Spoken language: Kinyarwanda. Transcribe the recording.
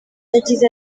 yagize